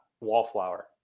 wallflower